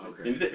Okay